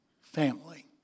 family